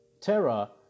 Terra